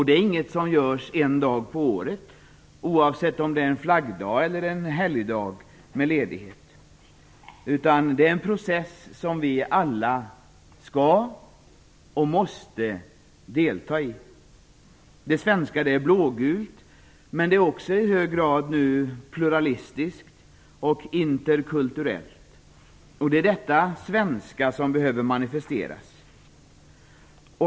Det är inget som görs en dag om året, oavsett om det är en flaggdag eller en helgdag med ledighet. Det är en process som vi alla skall och måste delta i. Det svenska är blågult. Men det är också nu i hög grad pluralistiskt och interkulturellt. Det är detta svenska som behöver manifesteras.